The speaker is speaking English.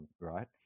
right